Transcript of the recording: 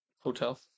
hotel